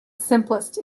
simplest